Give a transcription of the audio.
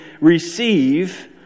receive